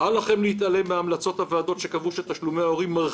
והנושא על סדר-היום הוא תשלומי הורים לשנת